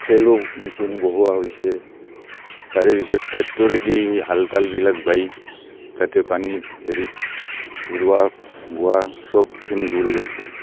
চেলো machine বহুৱা হৈছে তাৰেপিছত ট্ৰেক্টৰেদি হাল তালবিলাক বাই তাতে পানীত হেৰিত ৰোৱা বোৱা চবখিনি কৰি আছে